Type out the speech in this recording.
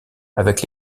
avec